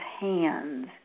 hands